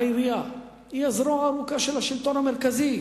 העירייה, היא הזרוע הארוכה של השלטון המרכזי.